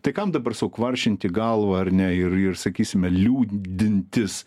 tai kam dabar sau kvaršinti galvą ar ne ir ir sakysime liūdintis